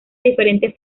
diferentes